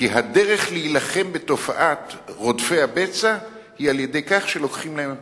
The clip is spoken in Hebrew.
כי הדרך להילחם בתופעת רודפי הבצע היא על-ידי כך שלוקחים להם כסף.